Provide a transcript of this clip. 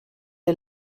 est